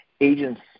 agents